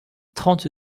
trente